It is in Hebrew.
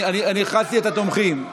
אני הכרזתי את התומכים.